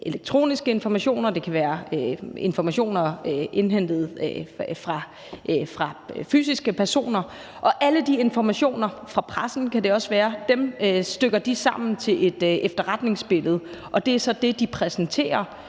elektroniske informationer, og det kan være informationer indhentet fra fysiske personer, og det kan også være informationer fra pressen. Og alle de informationer stykker de sammen til et efterretningsbillede, og det er så det, de præsenterer